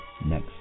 next